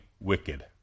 Wicked